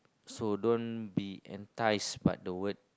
so don't be enticed by the word